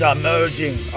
emerging